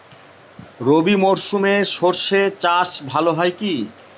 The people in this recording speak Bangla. রবি মরশুমে সর্ষে চাস ভালো হয় কি?